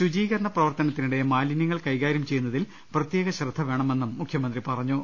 ശുചീകരണ പ്രവർത്തനത്തിനിടെ മാലിന്യങ്ങൾ കൈകാര്യം ചെയ്യുന്നതിനിടയിൽ പ്രത്യേക ശ്രദ്ധവേണമെന്നും മുഖ്യ മന്ത്രി പറഞ്ഞു